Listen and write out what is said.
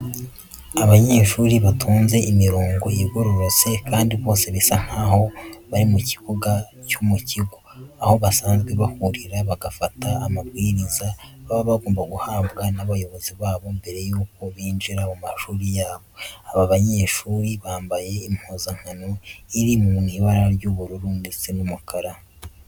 Abanyeshuri batonze imirongo igororotse kandi bose bisa nkaho bari mu kibuga cyo mu kigo, aho basanzwe bahurira bagafata amabwiriza baba bagomba guhabwa n'abayobozi babo mbere yuko binjira mu mashuri yabo. Aba banyeshuri bambaye impuzankano iri mu ibara ry'ubururu ndetse n'umukara.